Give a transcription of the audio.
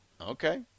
Okay